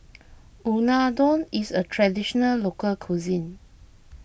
Unadon is a Traditional Local Cuisine